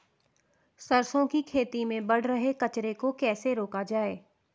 सरसों की खेती में बढ़ रहे कचरे को कैसे रोका जाए?